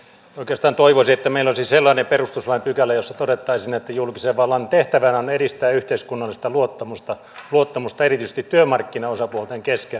oikeastaan toivoisi että meillä olisi sellainen perustuslain pykälä jossa todettaisiin että julkisen vallan tehtävänä on edistää yhteiskunnallista luottamusta erityisesti työmarkkinaosapuolten kesken